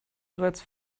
bereits